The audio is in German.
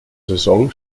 saison